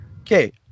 Okay